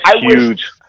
huge